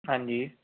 ਹਾਂਜੀ